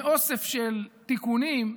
מאוסף של תיקונים,